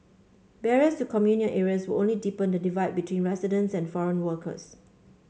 barriers to communal areas would only deepen the divide between residents and foreign workers